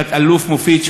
תת-אלוף מופיד,